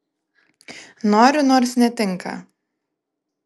noriu nors netinka